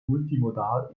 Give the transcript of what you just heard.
multimodal